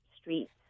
streets